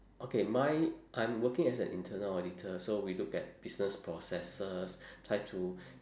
okay mine I'm working as an internal auditor so we look at business processes try to